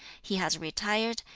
he has retired,